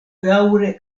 daŭre